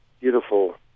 beautiful